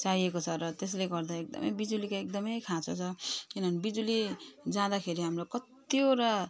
चाहिएको छ र त्यसले गर्दा एकदमै बिजुलीको एकदमै खाँचो छ किनभने बिजुली जाँदाखेरि हामीलाई कतिवटा